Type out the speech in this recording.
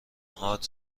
هات